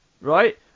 Right